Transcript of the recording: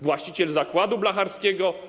Właściciel zakładu blacharskiego?